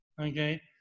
Okay